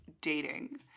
dating